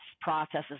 processes